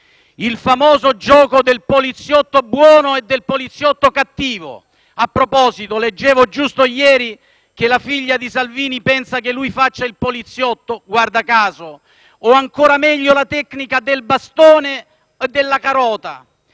Il famoso gioco del poliziotto buono e del poliziotto cattivo - a proposito, leggevo giusto ieri che la figlia di Salvini pensa che il padre faccia il poliziotto, guarda caso! - o ancora meglio la tecnica del bastone e della carota